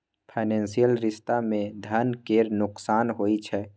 financial रिश्ता मे धन केर नोकसान होइ छै